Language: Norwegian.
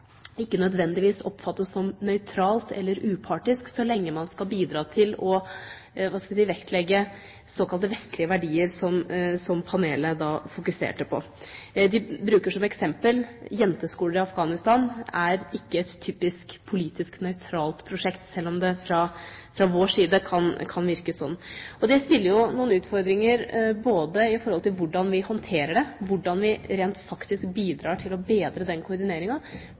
ikke nødvendigvis oppfattes som nøytralt eller upartisk så lenge man skal bidra til å vektlegge såkalte vestlige verdier, som panelet fokuserte på. De brukte som eksempel at jenteskoler i Afghanistan ikke er et typisk politisk nøytralt prosjekt, sjøl om det fra vår side kan virke sånn. Det stiller jo noen utfordringer i forhold til hvordan vi håndterer det, hvordan vi rent faktisk bidrar til å bedre